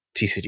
TCG